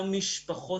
למשפחות,